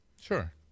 Sure